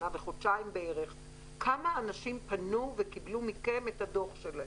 שנה וחודשיים כמה אנשים פנו וקיבלו מכם את הדוח שלהם?